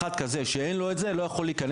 אחד כזה שאין לו את זה בעצם לא יכול להיכנס,